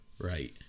right